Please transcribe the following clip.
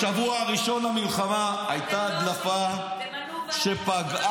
-- בשבוע הראשון למלחמה הייתה הדלפה שפגעה